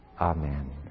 Amen